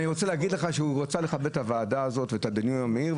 הוא רצה לכבד את הוועדה הזאת ואת הדיון המהיר.